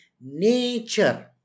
nature